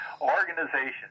Organization